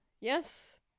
Yes